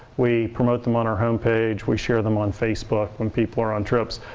we promote them on our homepage, we share them on facebook when people are on trips.